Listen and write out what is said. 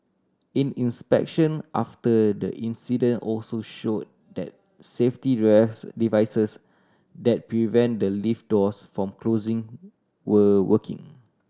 in inspection after the incident also show that safety drives devices that prevent the lift doors from closing were working